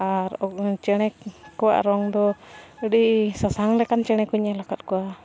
ᱟᱨ ᱪᱮᱬᱮ ᱠᱚᱣᱟᱜ ᱨᱚᱝ ᱫᱚ ᱟᱹᱰᱤ ᱥᱟᱥᱟᱝ ᱞᱮᱠᱟᱱ ᱪᱮᱬᱮ ᱠᱚᱧ ᱧᱮᱞ ᱟᱠᱟᱫ ᱠᱚᱣᱟ